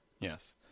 Yes